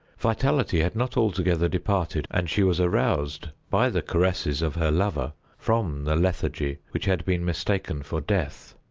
vitality had not altogether departed, and she was aroused by the caresses of her lover from the lethargy which had been mistaken for death.